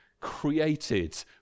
created